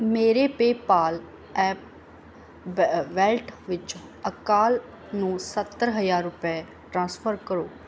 ਮੇਰੇ PayPal app ਬੈ wallet ਵਿੱਚੋਂ ਅਕਾਲ ਨੂੰ ਸੱਤਰ ਹਜ਼ਾਰ ਰੁਪਏ ਟ੍ਰਾਂਸਫਰ ਕਰੋ